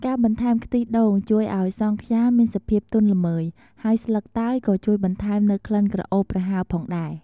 ការបន្ថែម ខ្ទិះដូងជួយឲ្យសង់ខ្យាមានសភាពទន់ល្មើយ ហើយស្លឹកតើយក៏ជួយបន្ថែមនូវក្លិនក្រអូបប្រហើរផងដែរ។